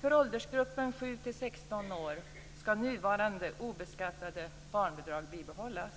För åldersgruppen 7-16 år skall nuvarande obeskattade barnbidrag bibehållas.